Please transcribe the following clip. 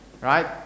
right